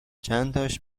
چنتاش